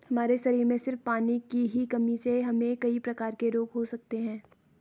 हमारे शरीर में सिर्फ पानी की ही कमी से हमे कई प्रकार के रोग हो सकते है